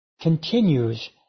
continues